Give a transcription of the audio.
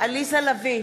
עליזה לביא,